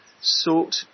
sought